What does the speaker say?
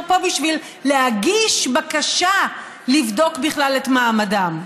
פה בשביל להגיש בקשה לבדוק בכלל את מעמדם.